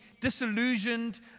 disillusioned